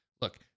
look